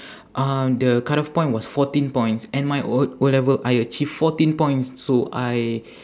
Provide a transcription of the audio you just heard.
um the cut off point was fourteen points and my O~ O-level I achieve fourteen points so I